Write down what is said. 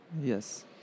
Yes